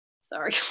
Sorry